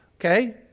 Okay